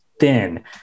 thin